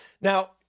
Now